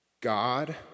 God